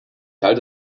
halte